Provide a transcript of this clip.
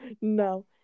no